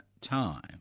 time